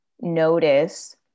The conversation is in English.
notice